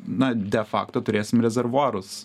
na de fakto turėsim rezervuarus